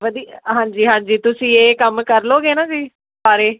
ਵਧੀਆ ਹਾਂਜੀ ਹਾਂਜੀ ਤੁਸੀਂ ਇਹ ਕੰਮ ਕਰ ਲਉਂਗੇ ਨਾ ਜੀ ਸਾਰੇ